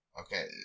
okay